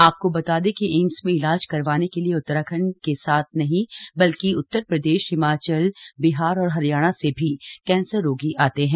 आपको बता दें कि एम्स में इलाज करवाने के लिए उत्तराखण्ड के साथ नहीं बल्कि उत्तर प्रदेश हिमाचल बिहार और हरियाणा से भी कैन्सर रोगी आते हैं